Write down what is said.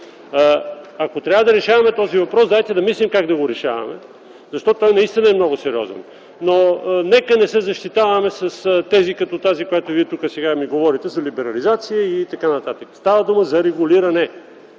Ако трябва да решаваме този въпрос, дайте да мислим как да го решаваме, защото той наистина е много сериозен. Но нека не се защитаваме с тези като тази, за която Вие тук сега ми говорите – за либерализация и така нататък. Става дума за регулиране